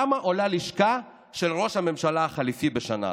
כמה עולה הלשכה של ראש הממשלה החליפי בשנה?